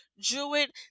Druid